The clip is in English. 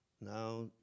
now